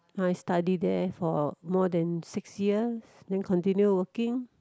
I study there for about more than six years then continue working